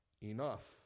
enough